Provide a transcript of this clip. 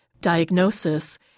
diagnosis